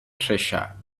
treasure